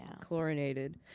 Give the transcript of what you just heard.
chlorinated